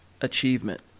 achievement